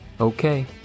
Okay